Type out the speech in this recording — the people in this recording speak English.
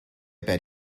bet